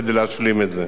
כדי להשלים את זה.